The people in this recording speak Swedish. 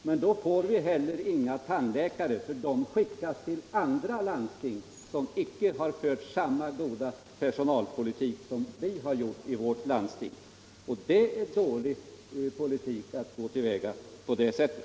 Men då får vi inte heller några tandläkare, eftersom de skickas till andra landsting, som inte har fört samma goda personalpolitik som vi gjort i vårt landsting. Det är dålig politik att gå till väga på det sättet.